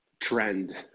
trend